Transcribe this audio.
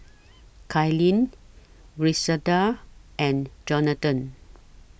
Caitlyn Griselda and Jonathan